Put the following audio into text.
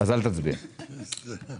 הוא צריך